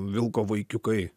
vilko vaikiukai